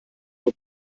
vor